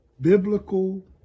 biblical